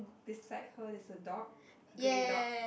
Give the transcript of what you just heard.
beside her there's a dog grey dog